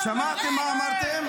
שמעתם מה אמרתם?